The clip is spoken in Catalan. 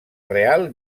real